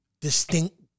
distinct